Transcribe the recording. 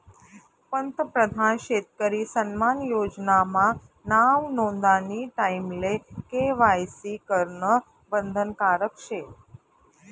पंतप्रधान शेतकरी सन्मान योजना मा नाव नोंदानी टाईमले के.वाय.सी करनं बंधनकारक शे